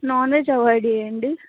non veg avoid చేయండి